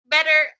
Better